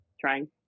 trying